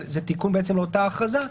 אבל זה תיקון לאותה הכרזה,